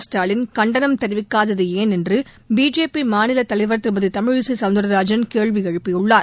ஸ்டாலின் கண்டனம் தெரிவிக்காதது ஏன் என்று பிஜேபி மாநிலத் தலைவர் திருமதி தமிழிசை சௌந்தரராஜன் கேள்வி எழுப்பியுள்ளார்